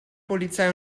polizei